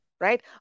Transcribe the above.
right